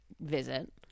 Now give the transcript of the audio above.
visit